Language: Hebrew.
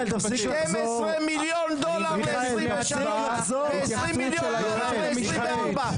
12 מיליון דולר ל-23' ו-20 מיליון דולר ל-24'.